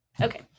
Okay